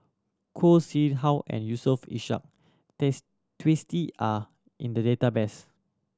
Khoo Seow Hwa Yusof Ishak Twisstii are in the database